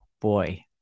boy